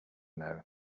know